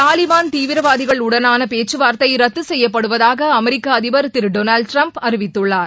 தாலிபான் தீவிரவாதிகளுடனான பேச்சுவார்த்தை ரத்து செய்யப்படுவதாக அமெரிக்க அதிபர் திரு டொனால்டு ட்ரம்ப் அறிவித்துள்ளார்